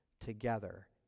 together